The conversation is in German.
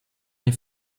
eine